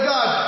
God